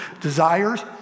desires